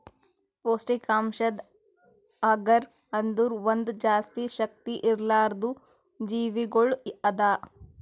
ಪೌಷ್ಠಿಕಾಂಶದ್ ಅಗರ್ ಅಂದುರ್ ಒಂದ್ ಜಾಸ್ತಿ ಶಕ್ತಿ ಇರ್ಲಾರ್ದು ಜೀವಿಗೊಳ್ ಅದಾ